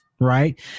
right